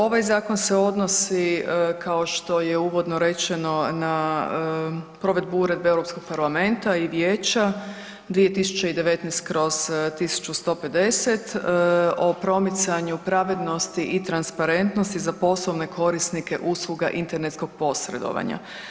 Ovaj zakon se odnosi, kao što je uvodno rečeno na provedbu Uredbe EU parlamenta i vijeća 2019/1150 o promicanju pravednosti i transparentnosti za poslovne korisnike usluga internetskog posredovanja.